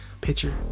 Picture